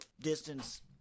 distance